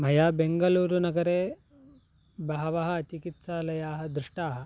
मया बेङ्गलूरुनगरे बहवः चिकित्सालयाः दृष्टाः